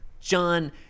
John